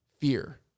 fear